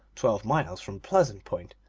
twelve miles from pleasant point,